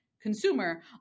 consumer